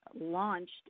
launched